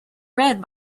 read